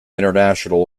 international